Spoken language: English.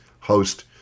host